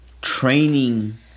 training